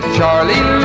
Charlie